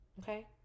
okay